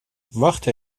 wacht